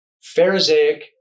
Pharisaic